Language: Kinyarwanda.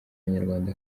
abanyarwanda